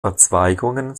verzweigungen